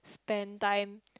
spend time